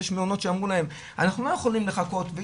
יש מעונות שאמרו להם "אנחנו לא יכולים לחכות,